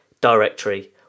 Directory